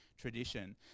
tradition